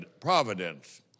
providence